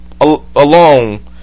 alone